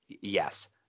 Yes